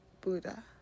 Buddha